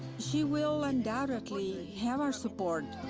she will undoubtedly have our support.